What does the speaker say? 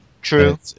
True